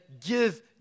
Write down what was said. give